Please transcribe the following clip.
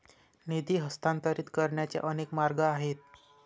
निधी हस्तांतरित करण्याचे अनेक मार्ग आहेत